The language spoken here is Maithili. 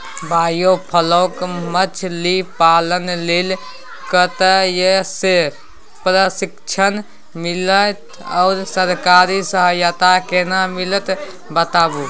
बायोफ्लॉक मछलीपालन लेल कतय स प्रशिक्षण मिलत आ सरकारी सहायता केना मिलत बताबू?